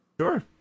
Sure